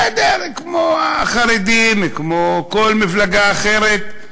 בסדר, כמו החרדים, כמו כל מפלגה אחרת,